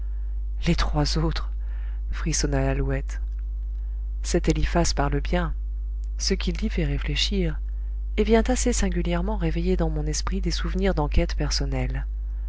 les trois autres frissonna lalouette cet eliphas parle bien ce qu'il dit fait réfléchir et vient assez singulièrement réveiller dans mon esprit des souvenirs d'enquête personnelle